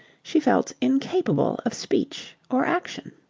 she felt incapable of speech or action.